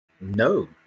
No